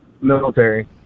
Military